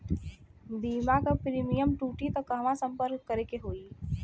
बीमा क प्रीमियम टूटी त कहवा सम्पर्क करें के होई?